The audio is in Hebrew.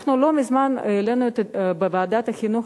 אנחנו לא מזמן העלינו בוועדת החינוך,